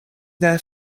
their